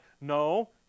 No